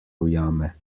ujame